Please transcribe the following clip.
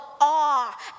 awe